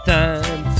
time